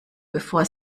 bevor